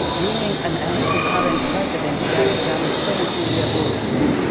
bringing an end to current president yahya jammeh's twenty two year rule.